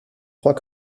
trois